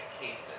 cases